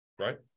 Right